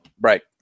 Right